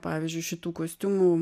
pavyzdžiui šitų kostiumų